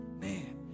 Man